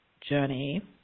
journey